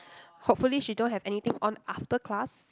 hopefully she don't have anything on after class